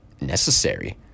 necessary